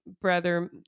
brother